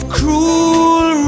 cruel